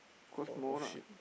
of course more lah